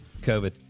COVID